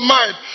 mind